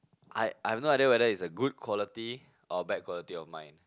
I I have no idea whether it's a good quality or bad quality of mine